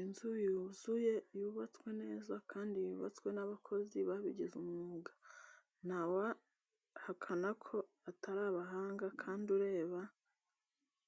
Inzu yuzuye yubatswe neza, kandi yubatswe n'abakozi babigize umwuga ntawahakana ko atari abahanga kandi ureba